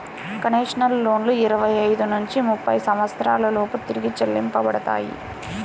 concessional లోన్లు ఇరవై ఐదు నుంచి ముప్పై సంవత్సరాల లోపు తిరిగి చెల్లించబడతాయి